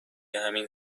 همین